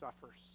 suffers